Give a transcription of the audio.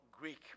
Greek